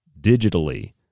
digitally